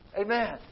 Amen